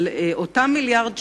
אבל אותם מיליארד שקלים,